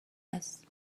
است